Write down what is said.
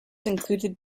included